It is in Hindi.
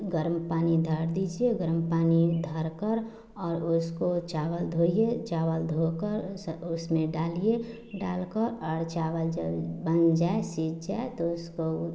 गरम पानी धार दीजिए गरम पानी धारकर और उसको चावल धोइए चावल धोकर उसमें डालिए डालकर और चावल ज बन जाए सीज जाए तो उसको